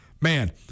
Man